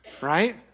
Right